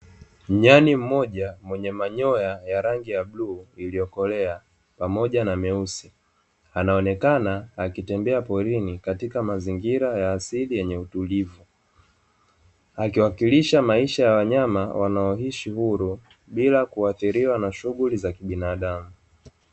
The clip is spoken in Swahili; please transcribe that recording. Nyani mmoja mwenye manyoya ya rangi ya buluu iliyokolea pamoja na meusi anaonekana akitembea porini katika mazingira ya asili yenye utulivu akiwakilisha maisha ya wanyama wanaoishi huru bila kuathiriwa na shughuli za kibinadamu.